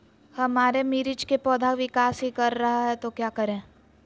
हमारे मिर्च कि पौधा विकास ही कर रहा है तो क्या करे?